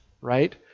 right